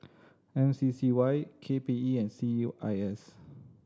M C C Y K P E and C E I S